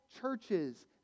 churches